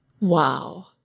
Wow